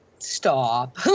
Stop